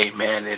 Amen